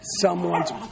someone's